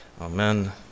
Amen